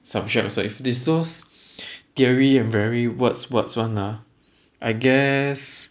subject so if it's those theory and very words words [one] ah I guess